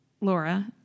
Laura